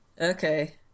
Okay